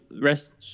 rest